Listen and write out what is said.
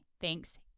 Thanks